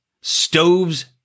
stoves